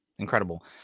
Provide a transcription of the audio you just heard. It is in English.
Incredible